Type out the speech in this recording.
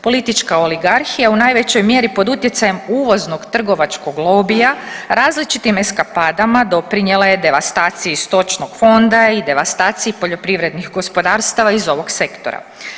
Politička oligarhija je u najvećoj mjeri pod utjecajem uvoznog trgovačkog lobija, različitim eskapadama doprinjela je devastacija stočnog fonda i devastaciji poljoprivrednih gospodarstava iz ovog sektora.